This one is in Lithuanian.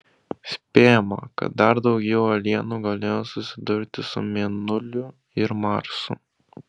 spėjama kad dar daugiau uolienų galėjo susidurti su mėnuliu ir marsu